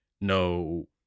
no